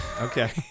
Okay